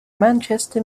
manchester